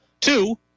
Two